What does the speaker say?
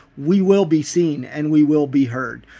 we will be seen, and we will be heard.